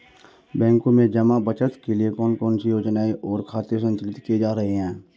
बैंकों में जमा बचत के लिए कौन कौन सी योजनाएं और खाते संचालित किए जा रहे हैं?